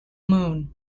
moon